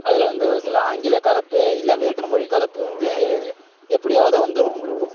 அதில் வந்து சில ஆங்கில கலப்பு இல்லை வேற்றுமொழி கலப்பு வந்து எப்படியாவது வந்துடும் உங்களுக்கு